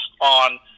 on